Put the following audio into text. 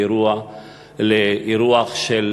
אירוח של